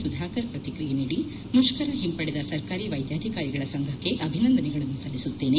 ಸುಧಾಕರ್ ಪ್ರತಿಕ್ರಿಯೆ ನೀಡಿ ಮುಷ್ಕರ ಹಿಂಪಡೆದ ಸರ್ಕಾರಿ ವೈದ್ಯಾಧಿಕಾರಿಗಳ ಸಂಘಕ್ಕೆ ಅಭಿನಂದನೆಗಳನ್ನು ಸಲ್ಲಿಸುತ್ತೇನೆ